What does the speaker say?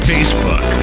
Facebook